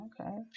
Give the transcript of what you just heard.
Okay